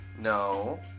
No